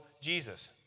Jesus